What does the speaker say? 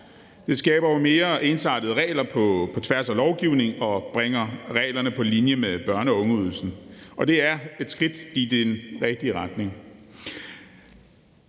Det skaber nogle mere ensartede regler på tværs af lovgivningen og bringer reglerne på linje med børne- og ungeydelsen, og det er et skridt i den rigtige retning.